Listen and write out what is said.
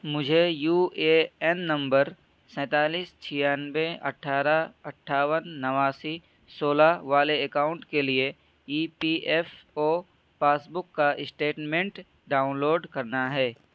مجھے U A N number سینتالیس چھیانوے اٹھارہ اٹھاون نواسی سولہ والے اکاؤنٹ کے لیے E P F O passbook کا اسٹیٹمنٹ ڈاؤن لوڈ کرنا ہے